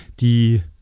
die